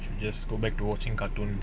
if you just go back to watching cartoons